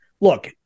look